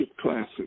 Classic